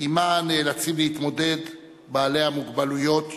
שעמה נאלצים להתמודד בעלי המוגבלויות יום-יום.